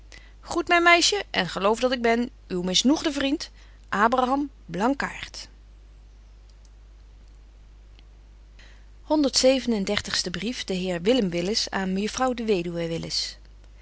groet myn meisje en geloof dat ik ben uw misnoegde vriend betje wolff en aagje deken historie van mejuffrouw sara burgerhart honderd zeven en der tigste brief de heer willem willis aan mejuffrouw de weduwe